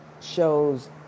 shows